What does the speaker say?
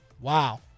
Wow